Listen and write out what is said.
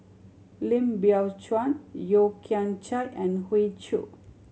Lim Biow Chuan Yeo Kian Chye and Hoey Choo